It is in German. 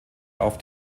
auf